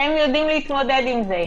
הם יודעים להתמודד עם זה.